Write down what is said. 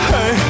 Hey